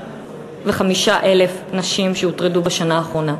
ל-165,000 נשים שהוטרדו בשנה האחרונה.